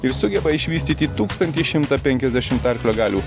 ir sugeba išvystyti tūkstantį šimtą penkiasdešimt arklio galių